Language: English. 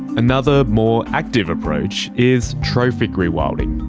another more active approach is trophic rewilding.